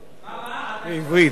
בעברית, בעברית.